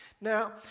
Now